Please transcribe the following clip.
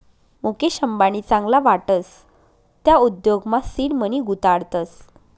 मुकेश अंबानी चांगला वाटस त्या उद्योगमा सीड मनी गुताडतस